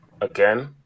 Again